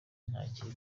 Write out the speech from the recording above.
ntakiri